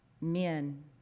men